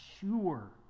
sure